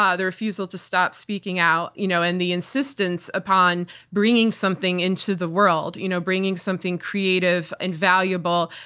ah the refusal to stop speaking out, you know, and the insistence upon bringing something into the world. you know, bringing something creative and valuable,